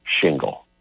shingle